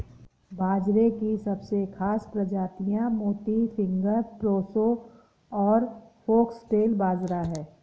बाजरे की सबसे खास प्रजातियाँ मोती, फिंगर, प्रोसो और फोक्सटेल बाजरा है